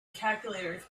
calculator